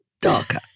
darker